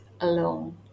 alone